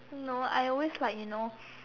no I always like you know